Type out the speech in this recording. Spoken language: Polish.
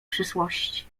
przyszłości